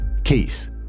Keith